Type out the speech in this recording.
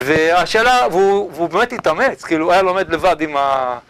והשאלה, והוא באמת התאמץ, כאילו, הוא היה לומד לבד עם ה...